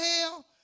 hell